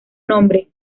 nombre